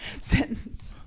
sentence